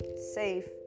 safe